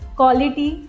quality